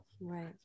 Right